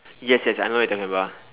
yes yes I know what you talking about